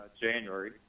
January